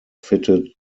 fitted